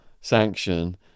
sanction